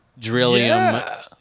drillium